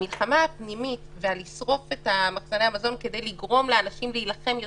המלחמה הפנימית ולשרוף את מחסני המזון כדי לגרום לאנשים להילחם יותר,